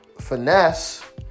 finesse